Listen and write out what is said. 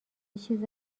چیز